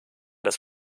des